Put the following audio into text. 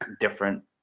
different